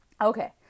Okay